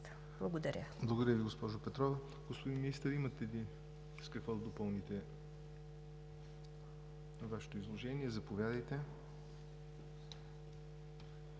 Благодаря.